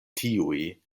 tiuj